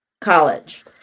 college